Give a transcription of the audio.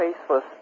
faceless